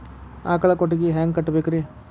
ಆಕಳ ಕೊಟ್ಟಿಗಿ ಹ್ಯಾಂಗ್ ಕಟ್ಟಬೇಕ್ರಿ?